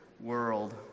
world